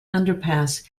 underpass